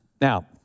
Now